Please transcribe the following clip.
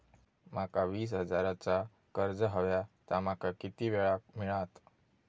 माका वीस हजार चा कर्ज हव्या ता माका किती वेळा क मिळात?